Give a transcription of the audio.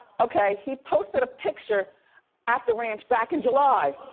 okay, he posted a picture at the ranch back in july.